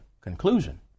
conclusion